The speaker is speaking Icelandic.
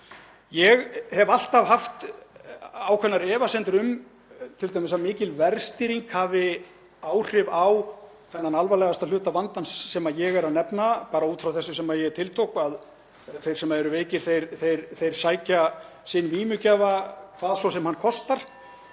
Ég hef alltaf haft ákveðnar efasemdir um að t.d. mikil verðstýring hafi áhrif á þennan alvarlegasta hluta vandans sem ég er að nefna, bara út frá þessu sem ég tiltók, að þeir sem eru veikir sækja sinn vímugjafa hvað svo sem hann kostar.